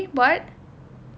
so eh what